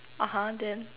(uh huh) then